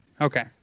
Okay